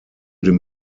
den